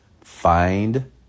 find